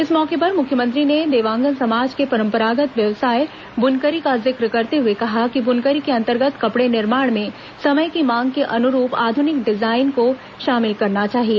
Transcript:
इस मौके पर मुख्यमंत्री ने देवांगन समाज के परम्परागत् व्यवसाय ब्रनकरी का जिक्र करते हए कहा कि बुनकरी के अंतर्गत कपडे निर्माण में समय की मांग के अनुरूप आधुनिक डिजाइन को शामिल करना चाहिए